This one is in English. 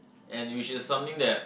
and which is something that